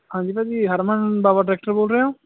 ਹਾਂਜੀ ਭਾਅ ਜੀ ਹਰਮਨ ਡਰੈਕਟਰ ਬੋਲ ਰਹੇ ਓਂ